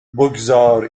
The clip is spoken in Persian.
بگذار